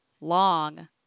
long